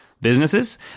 businesses